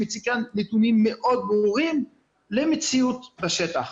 שמציגה יעדים ברורים למציאות בשטח.